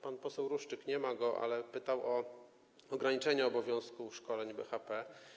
Pan poseł Ruszczyk - nie ma go - pytał o ograniczenie obowiązku szkoleń BHP.